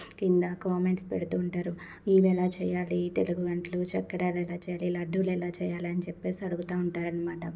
కింద కామెంట్స్ పెడుతూ ఉంటారు ఇవెలా చేయ్యాలి ఈ తెలుగు వంటలు చక్కడాలు ఎలా చెయ్యాలి లడ్డూలు ఎలా చెయ్యాలి అని చెప్పేసి అని అడుగుతా ఉంటారనమాట